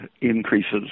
increases